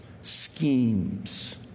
schemes